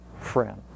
friend